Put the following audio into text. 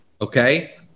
Okay